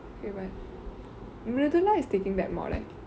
eh but miruthula is taking that mod leh